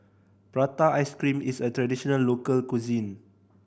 prata ice cream is a traditional local cuisine